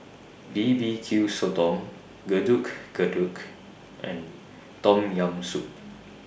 B B Q Sotong Getuk Getuk and Tom Yam Soup